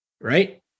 right